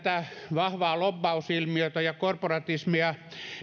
vahvaa lobbausilmiötä ja korporatismia